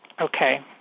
Okay